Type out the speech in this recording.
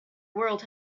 world